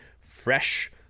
fresh